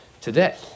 today